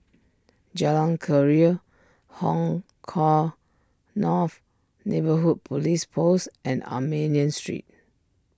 Jalan Keria Hong Kah North Neighbourhood Police Post and Armenian Street